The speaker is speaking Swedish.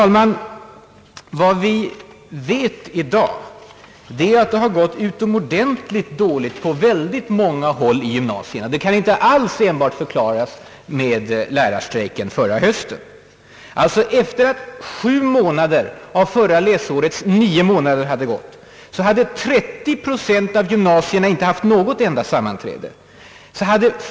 Vad vi vet i dag är att det har gått utomordentligt dåligt med samarbetsnämnderna på väldigt många håll i gymnasierna. Det kan inte alls enbart förklaras med lärarstrejken förra hösten. Efter det att sju månader av förra läsårets nio månader hade gått, hade nämnderna vid 30 procent av gymnasierna inte haft något enda sammanträde.